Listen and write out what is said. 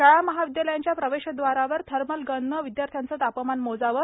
शाळा महाविदयालयांच्या प्रवेशदवारावर थर्मल गनने विदयार्थ्यांचे तापमान मोजावे